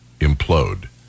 implode